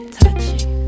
touching